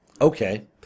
Okay